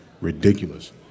ridiculous